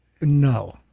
No